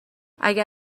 اگر